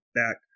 back